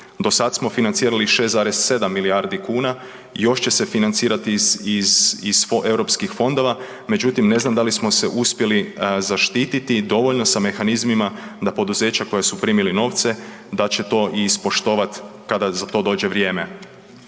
Do sada smo financirali 6,7 milijardi kuna i još će se financirati iz Europskih fondova međutim ne znam da li smo se uspjeli zaštititi dovoljno sa mehanizmima da poduzeća koja su primili novce da će to i ispoštovat kada za to dođe vrijeme.